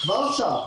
כבר עכשיו,